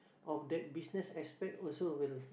of that business aspect also will